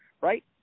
right